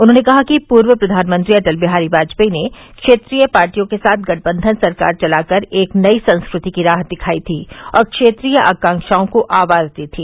उन्होंने कहा कि पूर्व प्रधानमंत्री अटल बिहारी वाजपेयी ने क्षेत्रीय पार्टियों के साथ गठबंधन सरकार चलाकर एक नई संस्कृति की राह दिखाई थी और क्षेत्रीय आकांक्षाओं को आवाज दी थी